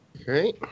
Okay